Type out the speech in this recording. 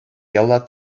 яла